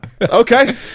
Okay